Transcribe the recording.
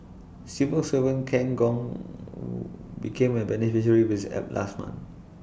civil servant Ken Gong became A beneficiary with app last month